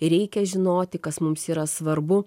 reikia žinoti kas mums yra svarbu